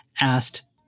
asked